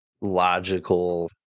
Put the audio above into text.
logical